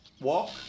Walk